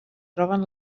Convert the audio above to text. troben